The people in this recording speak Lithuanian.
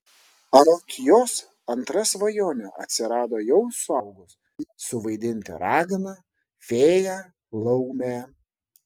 anot jos antra svajonė atsirado jau suaugus suvaidinti raganą fėją laumę